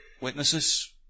witnesses